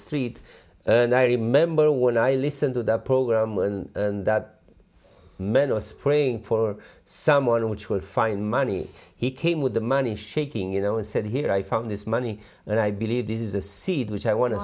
street and i remember when i listened to the program and that meant i was praying for someone which was fine money he came with the money shaking you know and said here i found this money and i believe this is a seed which i want to